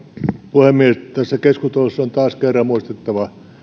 puhemies tässä keskustelussa on taas kerran muistettava